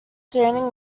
standing